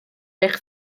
eich